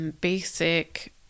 basic